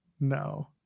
no